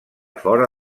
fora